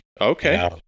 Okay